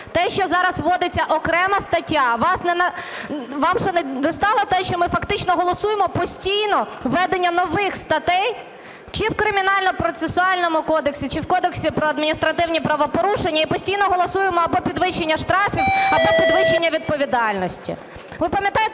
Те, що зараз вводиться окрема стаття… Вас ще не дістало те, що ми фактично голосуємо постійно введення нових статей чи в Кримінальний процесуальний кодекс, чи в Кодекс про адміністративні правопорушення і постійно голосуємо або підвищення штрафів, або підвищення відповідальності?